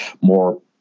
more